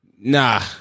nah